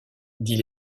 dit